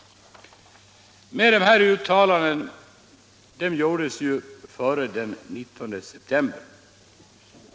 Men dessa uttalanden gjordes före den 19 september.